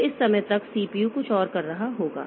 तो इस समय तक CPU कुछ और कर रहा होगा